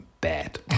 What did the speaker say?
bad